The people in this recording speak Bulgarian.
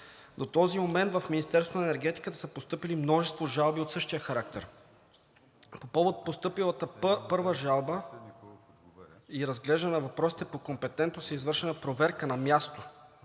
на енергетиката са постъпили множество жалби от същия характер. По повод на постъпилата първа жалба и разглеждане на въпросите по компетентност е извършена проверка на място